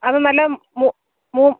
അത് നല്ല